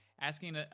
asking